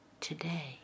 today